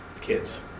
Kids